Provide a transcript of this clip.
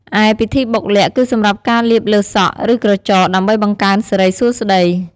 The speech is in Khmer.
ឯ ពិធីបុកល័ក្ត គឺសម្រាប់ការលាបលើសក់ ឬក្រចក ដើម្បីបង្កើនសិរីសួស្តី។